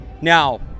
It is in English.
Now